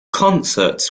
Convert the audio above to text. concerts